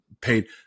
paid